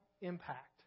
impact